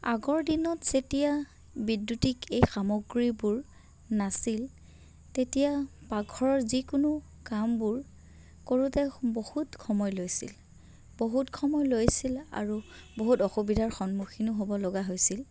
আগৰ দিনত যেতিয়া বিদ্য়ুতিক এই সামগ্ৰীবোৰ নাছিল তেতিয়া পাকঘৰৰ যিকোনো কামবোৰ কৰোতে বহুত সময় লৈছিল বহুত সময় লৈছিলে আৰু বহুত অসুবিধাৰ সন্মুখীনো হ'ব লগা হৈছিল